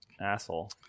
asshole